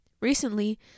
Recently